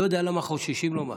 לא יודע למה חוששים לומר: